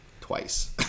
twice